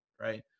Right